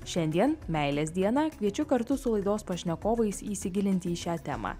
šiandien meilės dieną kviečiu kartu su laidos pašnekovais įsigilinti į šią temą